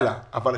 צחי,